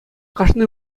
кашни